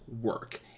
work